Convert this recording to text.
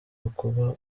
ukuba